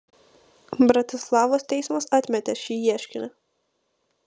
bratislavos teismas atmetė šį ieškinį